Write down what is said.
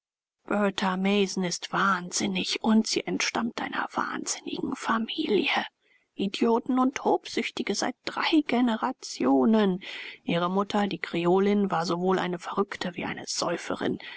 mason ist wahnsinnig und sie entstammt einer wahnsinnigen familie idioten und tobsüchtige seit drei generationen ihre mutter die kreolin war sowohl eine verrückte wie eine